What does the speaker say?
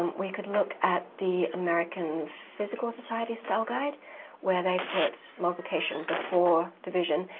um we could look at the american physical society style guide where they put multiplication before division.